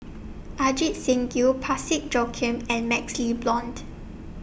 Ajit Singh Gill Parsick Joaquim and MaxLe Blond